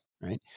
Right